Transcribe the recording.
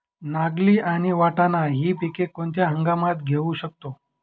नागली आणि वाटाणा हि पिके कोणत्या हंगामात घेऊ शकतो?